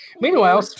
Meanwhile